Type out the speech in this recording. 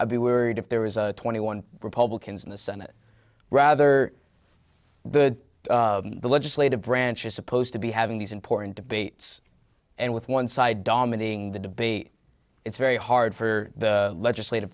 i'd be worried if there is a twenty one republicans in the senate rather the legislative branch is supposed to be having these important debates and with one side dominating the debate it's very hard for the legislative